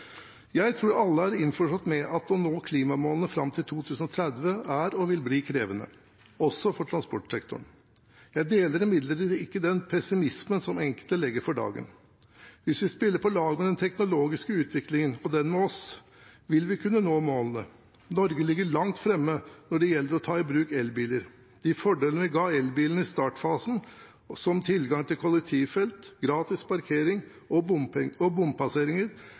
Jeg tror alle er innforstått med at å nå klimamålene fram til 2030 er og vil bli krevende, også for transportsektoren. Jeg deler imidlertid ikke den pessimismen som enkelte legger for dagen. Hvis vi spiller på lag med den teknologiske utviklingen og den med oss, vil vi kunne nå målene. Norge ligger langt framme når det gjelder å ta i bruk elbiler. De fordelene vi ga elbilene i startfasen, som tilgang til kollektivfelt, gratis parkering og bompasseringer,